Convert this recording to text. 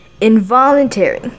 Involuntary